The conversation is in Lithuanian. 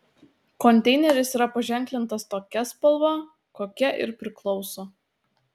konteineris yra paženklintas tokia spalva kokia ir priklauso